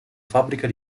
fabbrica